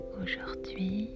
aujourd'hui